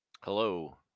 Hello